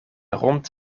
rond